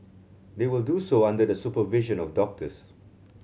they will do so under the supervision of doctors